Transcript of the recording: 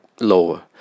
lower